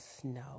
snow